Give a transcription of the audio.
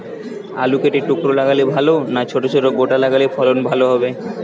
আলু কেটে টুকরো লাগালে ভাল না ছোট গোটা লাগালে ফলন ভালো হবে?